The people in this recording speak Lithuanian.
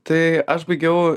tai aš baigiau